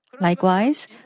Likewise